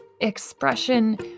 expression